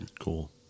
Cool